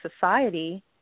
society